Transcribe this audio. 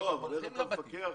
אבל אין להם את המפקח